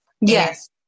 Yes